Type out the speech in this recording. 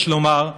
יש לומר,